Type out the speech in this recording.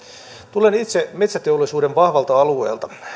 tulen itse metsäteollisuuden vahvalta alueelta